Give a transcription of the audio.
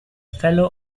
fellow